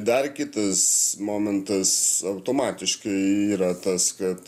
dar kitas momentas automatiškai yra tas kad